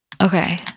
Okay